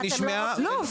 הערתך נשמעה,